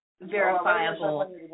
verifiable